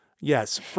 yes